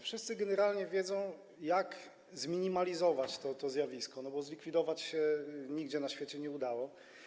Wszyscy generalnie wiedzą, jak zminimalizować to zjawisko, bo zlikwidować się nigdzie na świecie go nie udało.